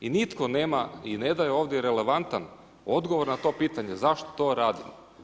I nitko nema, i ne da je ovdje relevantan odgovor na to pitanje, zašto to radim.